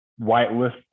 whitelist